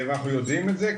ואנחנו יודעים את זה,